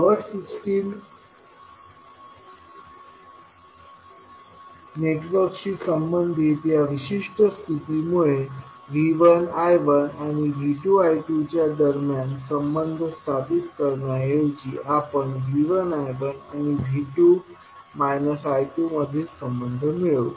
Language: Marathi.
पॉवर सिस्टम नेटवर्कशी संबंधित या विशिष्ट स्थितीमुळे V1 I1आणिV2 I2च्या दरम्यान संबंध स्थापित करण्याऐवजी आपण V1 I1आणिV2 I2 मधील संबंध मिळवू